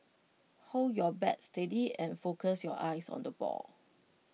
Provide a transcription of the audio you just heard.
hold your bat steady and focus your eyes on the ball